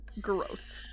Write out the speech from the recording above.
gross